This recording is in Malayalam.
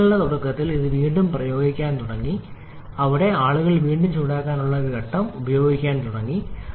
നാൽപതുകളുടെ തുടക്കത്തിൽ ഇത് വീണ്ടും പ്രവർത്തിക്കാൻ തുടങ്ങി അവിടെ ആളുകൾ വീണ്ടും ചൂടാക്കാനുള്ള ഒരു ഘട്ടം ഉപയോഗിക്കാൻ തുടങ്ങി